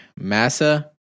Massa